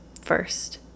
first